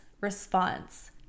response